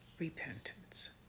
Repentance